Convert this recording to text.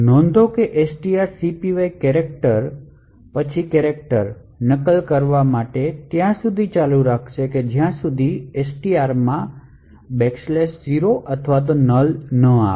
નોંધો કે strcpy character પછી કેરેક્ટર નકલ કરવા ત્યાં સુધી ચાલુ રાખશે જ્યાં સુધી STR માં 0 અથવા null ન આવે